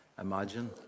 imagine